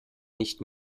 nicht